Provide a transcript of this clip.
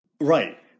Right